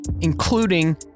including